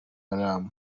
haram